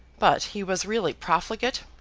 but he was really profligate,